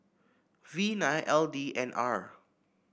V nine L D N R